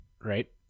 right